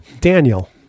Daniel